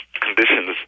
conditions